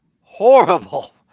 horrible